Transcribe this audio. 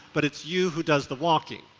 but it's you who does the walking.